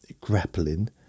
grappling